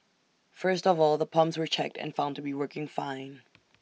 first of all the pumps were checked and found to be working fine